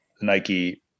nike